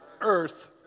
earth